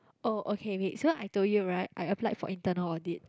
oh okay wait so I told you right I applied for internal audit